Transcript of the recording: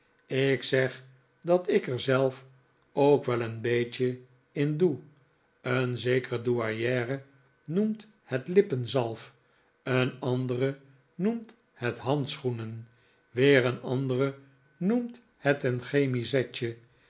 ik zeg dat ik er zelf ook wel een beetje in doe een zekere douairiere noemt het lippenzalf een andere noemt het handschoenen weer een andere noemt het een